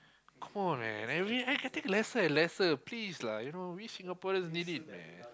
come on man I mean I'm getting lesser and lesser please lah you know we Singaporeans need it man